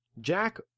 Jack